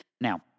Now